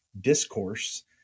discourse